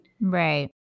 Right